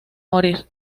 morir